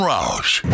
Roush